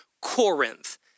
Corinth